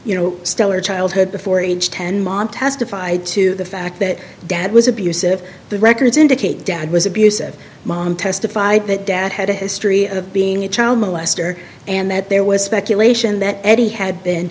you know stellar childhood before age ten montana defied to the fact that dad was abusive the records indicate dad was abusive mom testified that dad had a history of being a child molester and that there was speculation that he had been